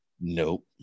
Nope